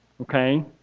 okay